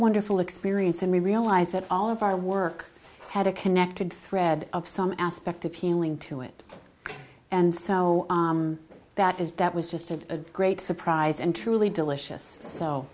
wonderful experience and we realized that all of our work had a connected thread of some aspect of healing to it and so that is that was just a great surprise and truly delicious so